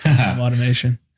automation